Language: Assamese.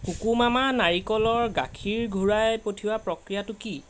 কোকোমামা নাৰিকলৰ গাখীৰ ঘূৰাই পঠিওৱাৰ প্ৰক্ৰিয়াটো কি